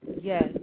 Yes